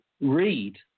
read